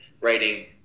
writing